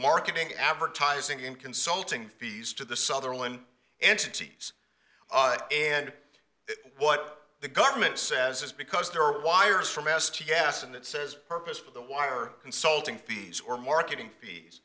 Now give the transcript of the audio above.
marketing advertising and consulting fees to the sutherland entities and what the government says is because there are wires from mass to gas and it says purpose for the wire consulting fees or marketing